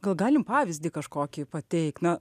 gal galim pavyzdį kažkokį pateikt na